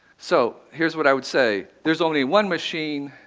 so, here's what i would say there's only one machine,